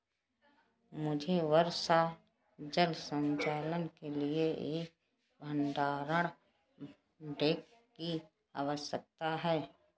मुझे वर्षा जल संचयन के लिए एक भंडारण टैंक की आवश्यकता है